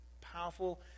powerful